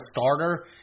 starter